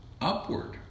upward